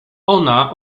ona